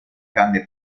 canne